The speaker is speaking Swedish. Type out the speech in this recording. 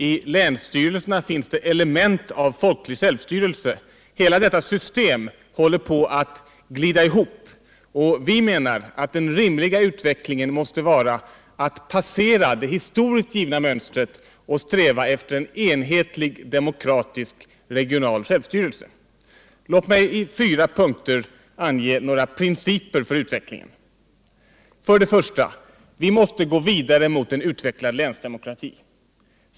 I länsstyrelserna finns det element av folklig självstyrelse. Hela detta system håller på att glida ihop. Och vi menar att den rimliga utveckligen måste vara att passera det historiskt givna mönstret och sträva efter en enhetlig demokratisk regional självstyrelse. Låt mig i 4 punkter ange några principer för den fortsatta utvecklingen. 1. Vi måste gå vidare mot en utvecklad länsdemokrati.